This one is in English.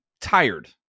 tired